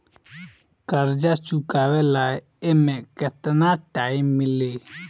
कर्जा चुकावे ला एमे केतना टाइम मिली?